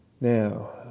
Now